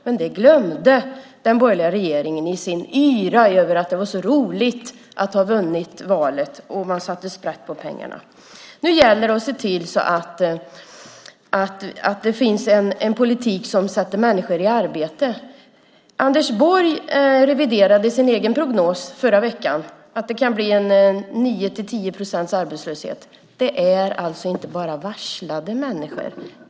Men det glömde den borgerliga regeringen i sin yra över att det var så roligt att ha vunnit valet, och man satte sprätt på pengarna. Nu gäller det att se till att det finns en politik som sätter människor i arbete. Anders Borg reviderade sin egen prognos förra veckan och sade att det kan bli 9-10 procents arbetslöshet. Det är alltså inte bara varslade människor.